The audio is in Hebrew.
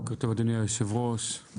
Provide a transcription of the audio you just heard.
בוקר טוב אדוני היושב ראש,